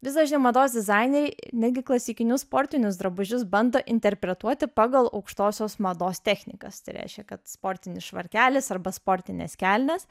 vis dažniau mados dizaineriai netgi klasikinius sportinius drabužius bando interpretuoti pagal aukštosios mados technikas tai reiškia kad sportinis švarkelis arba sportinės kelnės